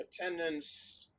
Attendance